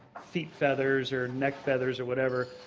feet feathers, or neck feathers or whatever,